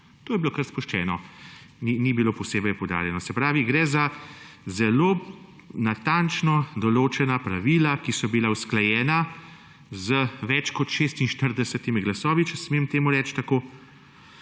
To je bilo kar izpuščeno, ni bilo posebej poudarjeno. Se pravi, gre za zelo natančno določena pravila, ki so bila usklajena z več kot 46 glasovi, če smem temu reči tako,